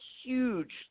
Huge